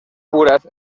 puras